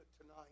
tonight